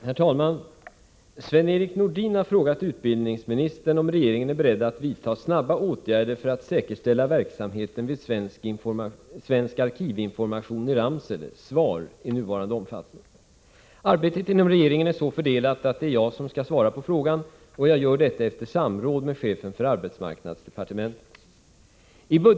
Herr talman! Sven-Erik Nordin har frågat utbildningsministern om regeringen är beredd att vidtaga snabba åtgärder för att säkerställa verksamheten vid Svensk arkivinformation i Ramsele, SVAR, i nuvarande omfattning. Arbetet inom regeringen är så fördelat att det är jag som skall svara på frågan, och jag gör detta efter samråd med chefen för arbetsmarknadsdepartementet.